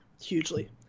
Hugely